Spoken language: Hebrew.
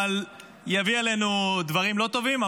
אבל תביא עלינו דברים לא טובים.